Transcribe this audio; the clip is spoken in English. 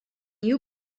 you